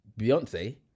Beyonce